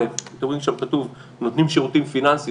אתם רואים שכתוב: נותנים שירותים פיננסיים,